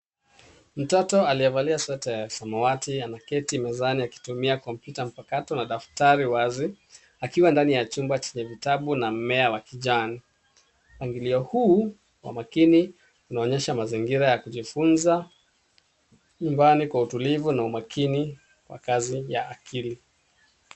Mtot aliyevalia sweta ya samawati ameketi mezani akitumia kompyuta mpakato na daftari wazi akiwa ndani ya chumba chenye vitabu na mmea wa kijani. Mpangilio huu wa makini unaonyesha mazingira ya kujifunza nyumbani kwa utulivu na umakini wa kazi ya akili.